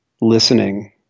listening